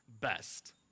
best